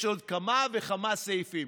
יש עוד כמה וכמה סעיפים.